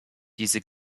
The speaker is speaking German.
diese